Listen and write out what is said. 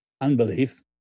unbelief